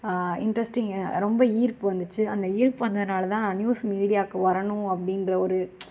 interesting ரொம்ப ஈர்ப்பு வந்துச்சு அந்த ஈர்ப்பு வந்ததனாலதான நியூஸ் மீடியாவுக்கு வரணும் அப்படின்ற ஒரு